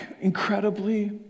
incredibly